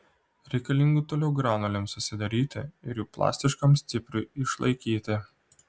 reikalingų toliau granulėms susidaryti ir jų plastiškam stipriui išlaikyti